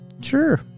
Sure